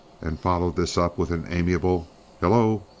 and followed this up with an amiable hel-lo!